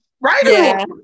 right